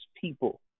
people